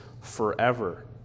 forever